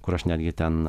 kur aš netgi ten